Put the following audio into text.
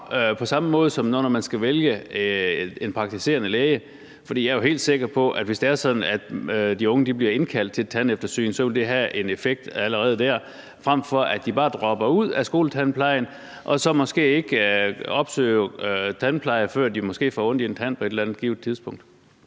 på samme måde, som når man skal vælge en praktiserende læge? For jeg er jo helt sikker på, at det, hvis det er sådan, at de unge bliver indkaldt til et tandeftersyn, så allerede dér vil have en effekt, frem for at de bare dropper ud af skoletandplejen og så måske ikke opsøger en tandpleje, før de får ondt i en tand på et eller andet givet tidspunkt.